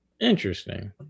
Interesting